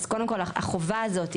אז קודם החובה הזאת,